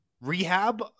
rehab